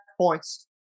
points